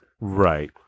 Right